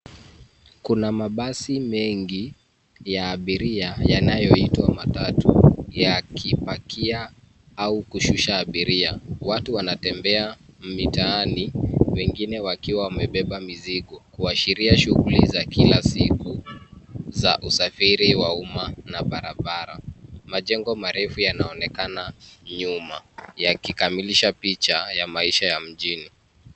Kuna mabasi mengi ya abiria yanayoitwa matatu yakipakia au kushusha abiria. Watu wanatembea mitaani wengine wakiwa wamebeba mizigo kuashiria shughuli za kila siku za usafiri wa umma na barabara. Majengo marefu yanaonekana nyuma yakikamilisha picha ya maisha ya mjini.